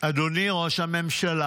להגיד שני משפטים, אדוני ראש הממשלה.